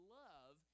love